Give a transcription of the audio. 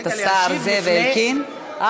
את השר זאב אלקין.